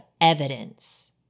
evidence